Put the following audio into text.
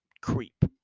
creep